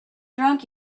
drunk